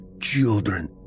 children